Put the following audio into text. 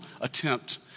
attempt